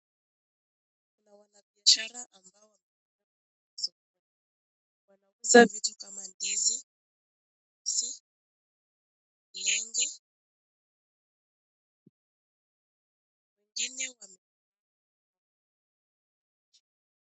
Kuna wanabiashara ambao wanauza vitu kama ndizi malenge wengine wame.